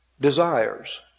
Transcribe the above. desires